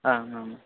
आम् आम्